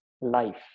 life